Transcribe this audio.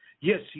Yes